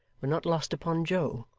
were not lost upon joe,